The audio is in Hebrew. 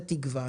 זה תקווה.